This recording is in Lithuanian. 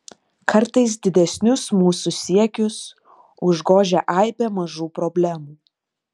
kartais didesnius mūsų siekius užgožia aibė mažų problemų